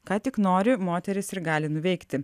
ką tik nori moterys ir gali nuveikti